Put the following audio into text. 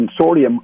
consortium